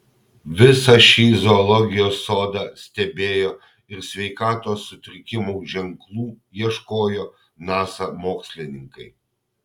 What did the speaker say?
visą šį zoologijos sodą stebėjo ir sveikatos sutrikimų ženklų ieškojo nasa mokslininkai